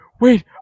wait